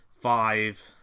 five